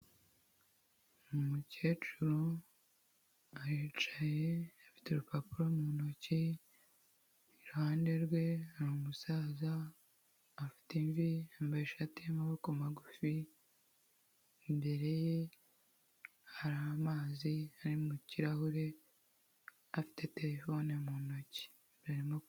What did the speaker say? Umukecuru aricaye afite urupapuro mu ntoke, iruhande rwe hari umusaza, afite imvi, yambaye ishati y'amaboko magufi, imbere ye hari amazi ari mu kirahure, afite terefone mu ntoke.